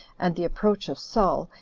and the approach of saul,